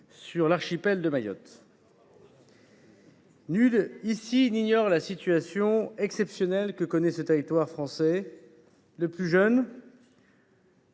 française à Mayotte. Nul n’ignore ici la situation exceptionnelle que connaît ce territoire français, le plus jeune